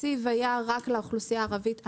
התקציב היה רק לאוכלוסייה הערבית.